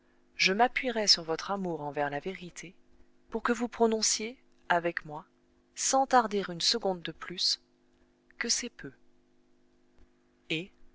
je m'appuierai sur votre amour envers la vérité pour que vous prononciez avec moi sans tarder une seconde de plus que c'est peu et